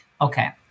Okay